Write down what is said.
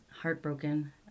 heartbroken